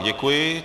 Děkuji.